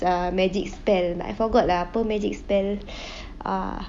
err magic spell I forgot lah apa magic spell ah